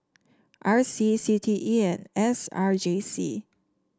R C C T E and S R J C